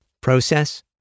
Process